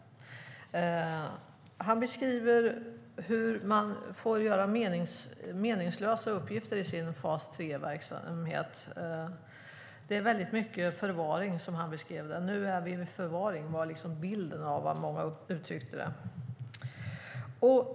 Han beskriver hur man får utföra meningslösa uppgifter i sin fas 3-verksamhet. Det är väldigt mycket förvaring, beskrev han det som. Nu är vi i förvaring, var den bild som det gavs uttryck för.